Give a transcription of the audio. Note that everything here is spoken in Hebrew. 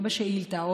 או בשאילתה,